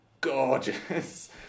gorgeous